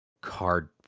Card